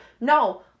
No